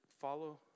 follow